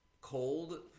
cold